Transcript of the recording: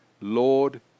Lord